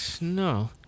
No